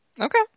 Okay